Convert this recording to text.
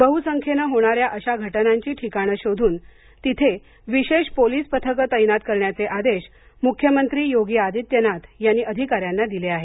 बहुसंख्येनं होणार्या अशा घटनांची ठिकाण शोधून तिथे विशेष पोलीस पथक तैनात करण्याचे आदेश मुख्यमंत्री योगी आदित्यनाथ यांनी अधिकाऱ्यांना दिले आहेत